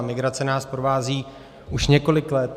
Migrace nás provází už několik let.